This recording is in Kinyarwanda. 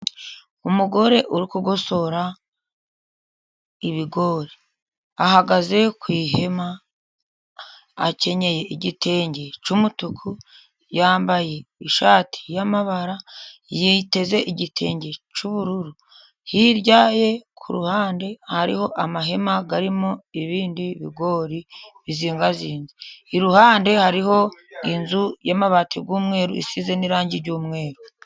Umugore uri kugosora ibigori, ahagaze ku ihema, akenyeye igitenge cy'umutuku, yambaye ishati y'amabara, yiteze igitenge cy'ubururu, hirya ye ku ruhande hariho amahema arimo ibindi bigori bizingazinze, iruhande hariho inzu y'amabati y'umweru, isize n'irangi ry'umweru.